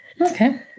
okay